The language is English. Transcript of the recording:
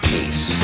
Peace